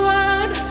one